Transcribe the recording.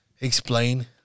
explain